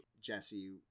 Jesse